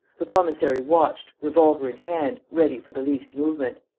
the commissary watched, revolver in hand, ready for the least movement.